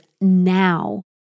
now